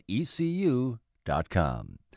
ecu.com